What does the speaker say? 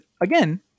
again